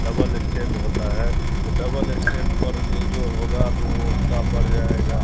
double stand होता है तो डबल इस्टैंड पर जो जो होगा तो वह उसका बढ़ जाएगा